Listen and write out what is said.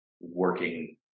working